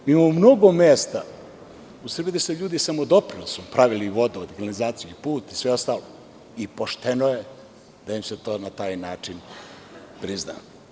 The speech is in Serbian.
Mi imamo mnogo mesta u Srbiji gde su ljudi samodoprinosom pravili vodovod, kanalizaciju, put i sve ostalo i pošteno je da im se to na taj način prizna.